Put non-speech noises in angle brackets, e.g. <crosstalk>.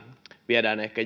viedään ehkä <unintelligible>